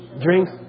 drinks